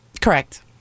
Correct